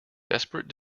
desperate